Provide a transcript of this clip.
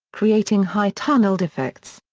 creating high-tunnelled effects.